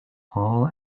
all